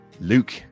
Luke